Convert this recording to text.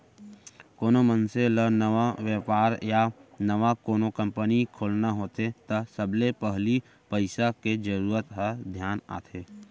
कोनो मनसे ल नवा बेपार या नवा कोनो कंपनी खोलना होथे त सबले पहिली पइसा के जरूरत ह धियान आथे